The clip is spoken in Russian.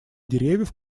деревьев